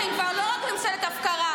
אתם כבר לא רק ממשלת הפקרה,